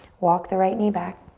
walk the right knee back.